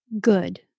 good